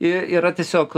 ir yra tiesiog